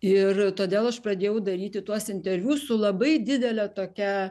ir todėl aš pradėjau daryti tuos interviu su labai didele tokia